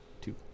Two